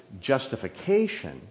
justification